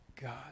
God